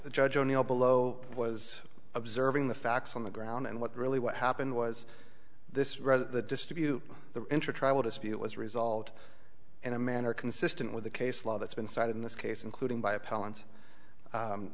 the judge o'neil below was observing the facts on the ground and what really what happened was this rather the distribute the intertribal dispute was resolved in a manner consistent with the case law that's been cited in this case including by a